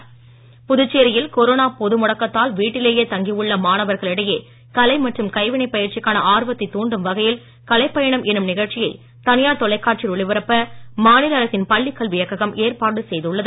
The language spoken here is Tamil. கலைப் பயணம் புதுச்சேரியில் கொரோனா பொது முடக்கத்தால் வீட்டிலேயே தங்கி உள்ள மாணவர்களிடையே கலை மற்றம் கைவினை பயிற்சிக்கான ஆர்வத்தை தூண்டும் வகையில் கலைப் பயணம் என்னும் நிகழ்ச்சியை தனியார் தொலைக்காட்சியில் ஒளிபரப்ப மாநில அரசின் பள்ளி கல்வி இயக்ககம் ஏற்பாடு செய்துள்ளது